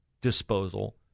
disposal